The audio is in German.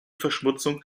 verschmutzung